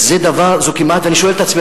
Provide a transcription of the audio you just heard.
ואני שואל את עצמי,